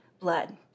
blood